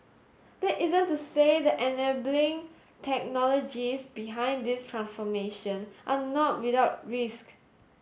that isn't to say the enabling technologies behind this transformation are not without risk